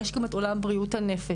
יש גם את עולם בריאות הנפש.